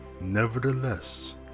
Nevertheless